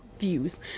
views